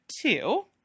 two